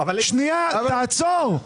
תעצור.